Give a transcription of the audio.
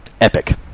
Epic